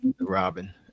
Robin